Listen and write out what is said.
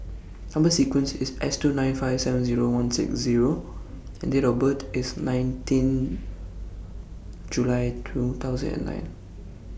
Number sequence IS S two nine five seven Zero one six Zero and Date of birth IS nineteenth July two thousand and nine